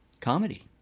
Comedy